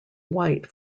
white